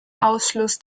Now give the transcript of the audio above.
ausschluss